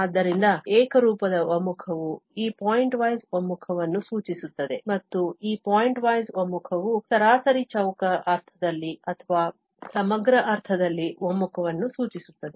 ಆದ್ದರಿಂದ ಏಕರೂಪದ ಒಮ್ಮುಖವು ಈ ಪಾಯಿಂಟ್ವೈಸ್ ಒಮ್ಮುಖವನ್ನು ಸೂಚಿಸುತ್ತದೆ ಮತ್ತು ಈ ಪಾಯಿಂಟ್ವೈಸ್ ಒಮ್ಮುಖವು ಸರಾಸರಿ ಚೌಕ ಅರ್ಥದಲ್ಲಿ ಅಥವಾ ಸಮಗ್ರ ಅರ್ಥದಲ್ಲಿ ಒಮ್ಮುಖವನ್ನು ಸೂಚಿಸುತ್ತದೆ